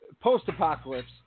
post-apocalypse